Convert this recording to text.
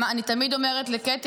אני תמיד אומרת לקטי,